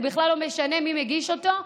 זה בכלל לא משנה מי מגיש אותו,